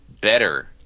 better